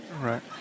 right